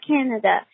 Canada